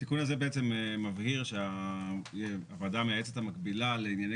התיקון הזה בעצם מבהיר שהוועדה המייעצת המקבילה לענייני